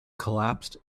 collapsed